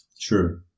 True